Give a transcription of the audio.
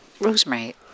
Rosemary